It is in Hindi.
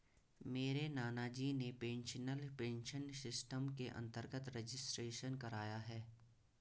मेरे नानाजी ने नेशनल पेंशन सिस्टम के अंतर्गत रजिस्ट्रेशन कराया है